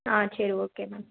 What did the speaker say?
ஆ சரி okay ma'am